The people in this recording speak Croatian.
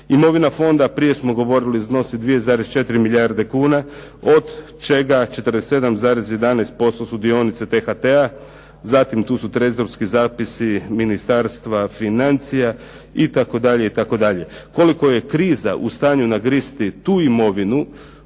Imovina fonda, prije smo govorili, iznosi 2,4 milijarde kuna od čega 47,11% su dionice T-HT-a, zatim tu su trezorski zapisi Ministarstva financija itd., itd. Koliko je kriza u stanju nagristi tu imovinu,